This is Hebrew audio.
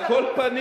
על כל פנים,